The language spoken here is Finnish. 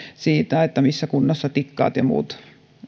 siitä missä kunnossa tikkaat ja muut